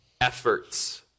efforts